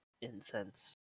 incense